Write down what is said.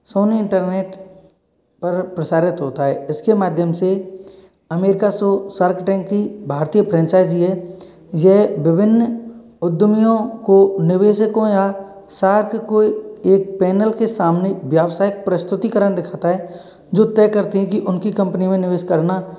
Soni internet पर प्रसारित होता है इसके माध्यम से अमेरिका शो सार्क टेंक की भारतीय फ्रेंचाइज़ी है ये विभिन्न उधमियों को निवेशकों या सार्क को एक पैनल के सामने व्यवसाय प्रस्तुतिकरण दिखाता है जो तय करती हैं कि उनकी कम्पनी में निवेश करना